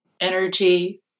energy